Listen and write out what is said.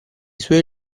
suoi